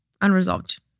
Unresolved